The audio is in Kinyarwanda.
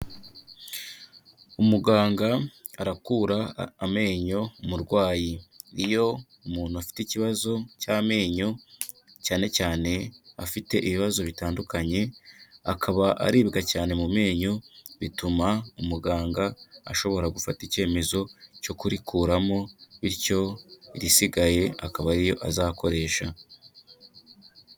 Umuganga arakura amenyo umurwayi. KIyo umuntu afite ikibazo cy'amenyo cyane cyane afite ibibazo bitandukanye akaba aribwa cyane mu menyo bituma umuganga ashobora gufata ikemezo cyo kurikuramo bityo irisigaye akaba ari ryo azakoresha.